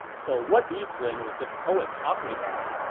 so what east wind was this poet talking about?